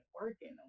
working